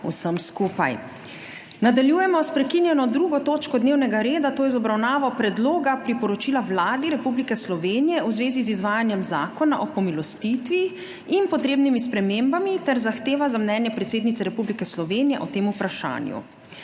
vsem skupaj! **Nadaljujemo s prekinjeno 2. točko dnevnega reda - Predlog priporočila Vladi Republike Slovenije v zvezi z izvajanjem Zakona o pomilostitvi in potrebnimi spremembami ter zahteva za mnenje predsednice Republike Slovenije o tem vprašanju.**